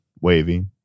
waving